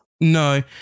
No